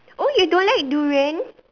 oh you don't like durian